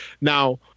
Now